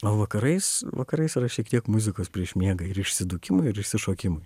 o vakarais vakarais yra šiek tiek muzikos prieš miegą ir išsidūkimui ir išsišokimui